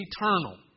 eternal